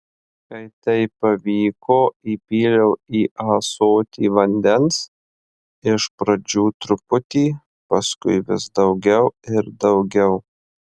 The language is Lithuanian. kai tai pavyko įpyliau į ąsotį vandens iš pradžių truputį paskui vis daugiau ir daugiau